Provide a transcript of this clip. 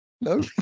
No